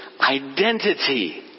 identity